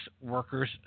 Workers